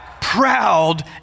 proud